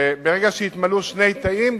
שברגע שיתמלאו שני תנאים,